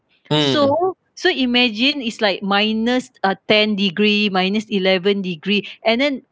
so so imagine it's like minus uh ten degree minus eleven degree and then